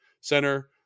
center